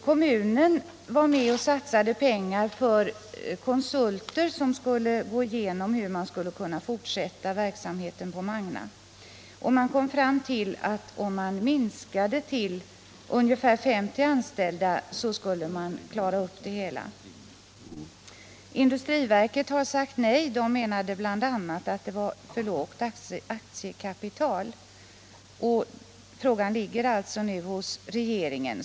Kommunen var med och satsade pengar för konsulter som skulle gå igenom hur verksamheten på Magna skulle kunna fortsättas. De kom fram till att om antalet anställda minskades till ungefär 50 skulle det gå att klara upp det hela. Industriverket har sagt nej; det menade bl.a. att aktiekapitalet var för litet. Frågan ligger alltså nu hos regeringen.